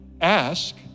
ask